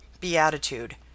beatitude